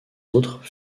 autres